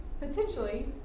potentially